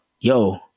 yo